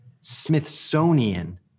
Smithsonian